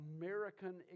american